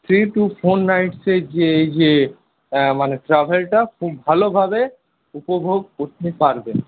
three two four নাইটসের যে যে মানে ট্রাভেলটা খুব ভালোভাবে উপভোগ করতে পারবেন